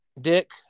dick